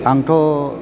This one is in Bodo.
आंथ'